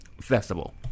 festival